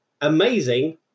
amazing